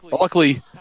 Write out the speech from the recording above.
Luckily